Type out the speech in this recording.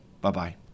Bye-bye